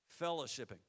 fellowshipping